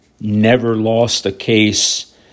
never-lost-a-case